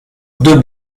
deux